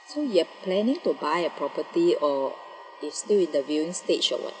so you are planning to buy a property or you still in the viewing stage or what